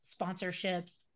sponsorships